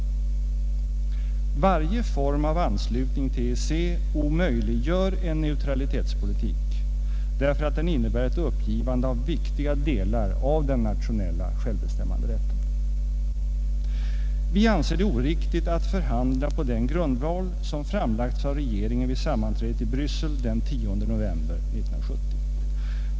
Varje form av anslutning till EEC omöjliggör en neutralitetspolitik därför att den innebär ett uppgivande av viktiga delar av den nationella självbestämmanderätten. Vi anser det oriktigt att förhandla på den grundval som framlagts av regeringen vid sammanträdet i Bryssel den 10 november 1970.